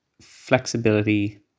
flexibility